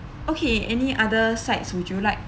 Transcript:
okay any other sides would you like